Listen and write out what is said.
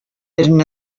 hidden